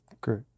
Great